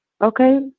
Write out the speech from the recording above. Okay